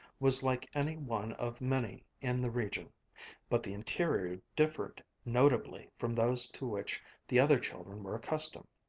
was like any one of many in the region but the interior differed notably from those to which the other children were accustomed.